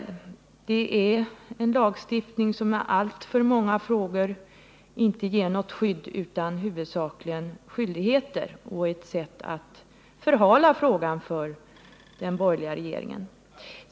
Det är en lagstiftning som i alltför många frågor inte ger något skydd utan huvudsakligen skyldigheter, och att hänvisa till den är ett sätt för den borgerliga regeringen att förhala frågan.